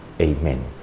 Amen